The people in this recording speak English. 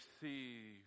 see